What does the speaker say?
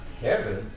Kevin